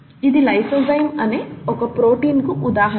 ఇది లైసోజైమ్ అనే ఒక ప్రోటీన్ కు ఉదాహరణ